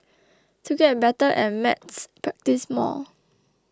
to get better at maths practise more